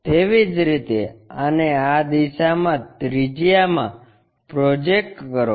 તેવી જ રીતે આને આ દિશામાં ત્રિજ્યા મા પ્રોજેક્ટ કરો